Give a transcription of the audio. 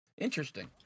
Interesting